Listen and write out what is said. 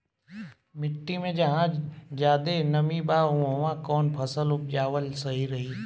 मिट्टी मे जहा जादे नमी बा उहवा कौन फसल उपजावल सही रही?